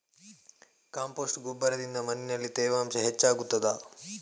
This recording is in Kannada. ಕಾಂಪೋಸ್ಟ್ ಗೊಬ್ಬರದಿಂದ ಮಣ್ಣಿನಲ್ಲಿ ತೇವಾಂಶ ಹೆಚ್ಚು ಆಗುತ್ತದಾ?